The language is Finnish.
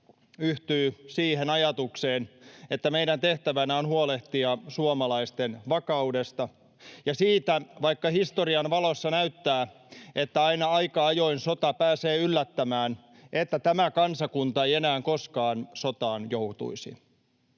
yhtyy siihen ajatukseen, että meidän tehtävänä on huolehtia suomalaisten vakaudesta ja siitä — vaikka historian valossa näyttää, että aina aika ajoin sota pääsee yllättämään — että tämä kansakunta ei enää koskaan sotaan joutuisi.